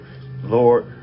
Lord